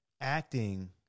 acting